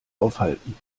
aufhalten